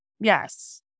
Yes